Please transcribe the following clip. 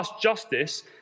justice